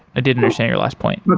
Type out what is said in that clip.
i didn't understand your last point. but